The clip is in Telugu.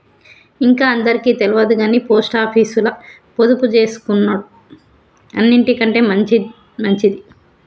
ఇంక అందరికి తెల్వదుగని పోస్టాపీసుల పొదుపుజేసుకునుడు అన్నిటికంటె మంచిది